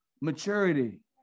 maturity